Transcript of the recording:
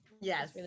yes